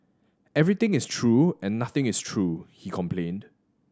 everything is true and nothing is true he complained